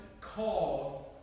called